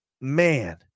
man